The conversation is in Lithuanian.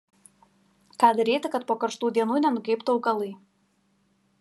ką daryti kad po karštų dienų nenugeibtų augalai